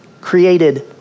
created